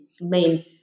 main